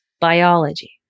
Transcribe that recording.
Biology